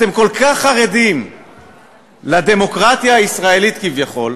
אתם כל כך חרדים לדמוקרטיה הישראלית כביכול,